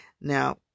Now